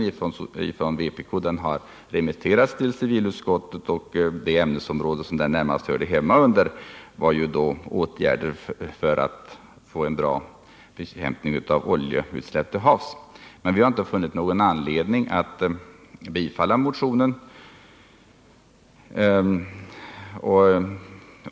Den här vpk-motionen har remitterats till civilutskottet, och det ämnesområde som den närmast hörde hemma under var åtgärder för att få till stånd en bra bekämpning av oljeutsläpp till havs. Vi har inte funnit anledning att tillstyrka motionen.